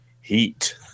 Heat